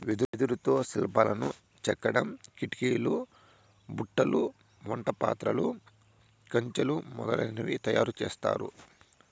వెదురుతో శిల్పాలను చెక్కడం, కిటికీలు, బుట్టలు, వంట పాత్రలు, కంచెలు మొదలనవి తయారు చేత్తారు